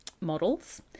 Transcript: models